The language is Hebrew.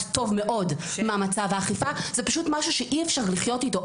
טוב מאוד מה מצב האכיפה זה פשוט משהו שאי אפשר לחיות איתו.